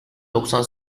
doksan